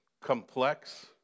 complex